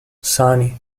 sani